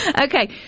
Okay